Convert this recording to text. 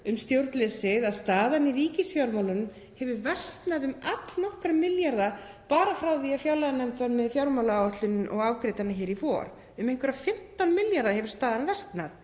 um stjórnleysið að staðan í ríkisfjármálum hefur versnað um allnokkra milljarða bara frá því fjárlaganefnd var með fjármálaáætlun og afgreiddi hana í vor. Um einhverja 15 milljarða hefur staðan versnað,